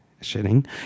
shitting